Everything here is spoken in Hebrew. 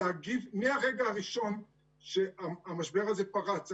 להגיב מהרגע הראשון שהמשבר הזה פרץ.